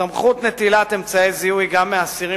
סמכות נטילת אמצעי זיהוי גם מאסירים